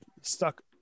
stuck